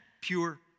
Pure